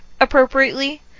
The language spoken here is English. appropriately